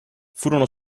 furono